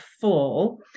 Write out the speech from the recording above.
full